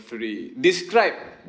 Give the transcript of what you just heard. three describe